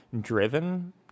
driven